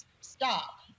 stop